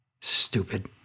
stupid